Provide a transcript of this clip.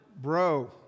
Bro